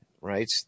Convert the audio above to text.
right